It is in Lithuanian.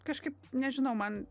kažkaip nežinau man